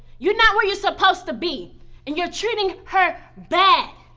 you're not where you're suppose to be. and you're treating her bad.